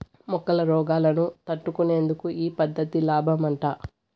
మొక్కల రోగాలను తట్టుకునేందుకు ఈ పద్ధతి లాబ్మట